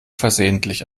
versehentlich